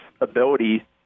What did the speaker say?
ability